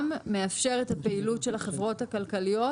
מאפשר את הפעילות של החברות הכלכליות